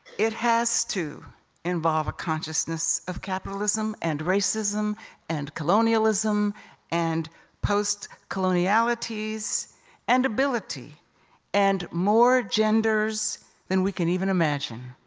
it has to involve a consciousness of capitalism and racism and colonialism and post colonialities and ability and more genders than we can even imagine.